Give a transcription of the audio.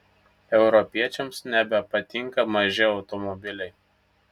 europiečiams nebepatinka maži automobiliai